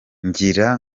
ngira